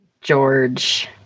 George